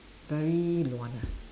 very 乱 ah